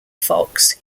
fox